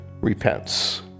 repents